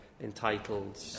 entitled